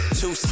two